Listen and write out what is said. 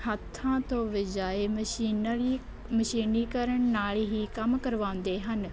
ਹੱਥਾਂ ਤੋਂ ਬਜਾਏ ਮਸ਼ੀਨਰੀ ਮਸ਼ੀਨੀਕਰਨ ਨਾਲ ਹੀ ਕੰਮ ਕਰਵਾਉਂਦੇ ਹਨ